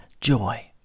joy